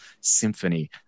symphony